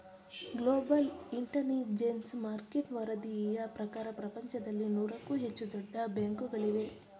global intelligence market ವರದಿಯ ಪ್ರಕಾರ ಪ್ರಪಂಚದಲ್ಲಿ ನೂರಕ್ಕೂ ಹೆಚ್ಚು ದೊಡ್ಡ ಬ್ಯಾಂಕುಗಳಿವೆ